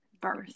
birth